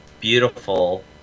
beautiful